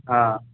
हँ